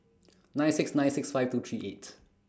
nine six nine six five two three eight